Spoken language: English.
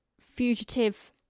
fugitive